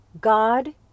God